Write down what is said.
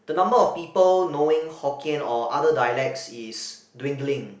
the number of people knowing Hokkien or other dialects is dwindling